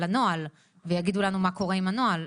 הנוהל ויגידו לנו מה קורה עם הנוהל,